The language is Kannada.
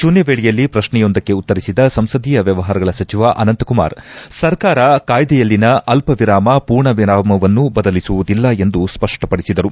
ಶೂನ್ಹ ವೇಳೆಯಲ್ಲಿ ಪ್ರಕ್ನೆಯೊಂದಕ್ಕೆ ಉತ್ತರಿಸಿದ ಸಂಸದೀಯ ವ್ಯವಹಾರಗಳ ಸಚಿವ ಅನಂತ್ಕುಮಾರ್ ಸರ್ಕಾರ ಕಾಯ್ದೆಯಲ್ಲಿನ ಅಲ್ಪವಿರಾಮ ಪೂರ್ಣವಿರಾಮವನ್ನೂ ಬದಲಿಸುವುದಿಲ್ಲ ಎಂದು ಸ್ಪಷ್ನಪಡಿಸಿದರು